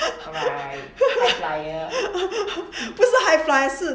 不是 high flyer 是